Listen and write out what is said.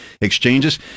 exchanges